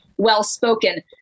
well-spoken